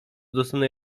dostanę